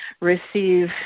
receive